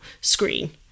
screen